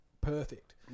perfect